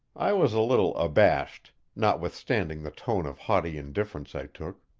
i was a little abashed, notwithstanding the tone of haughty indifference i took.